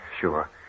Sure